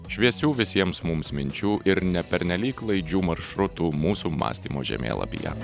šviesių visiems mums minčių ir ne pernelyg klaidžių maršrutų mūsų mąstymo žemėlapyje